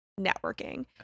networking